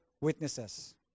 witnesses